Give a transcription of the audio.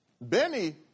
Benny